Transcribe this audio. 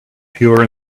pure